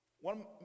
One